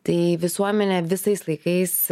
tai visuomenę visais laikais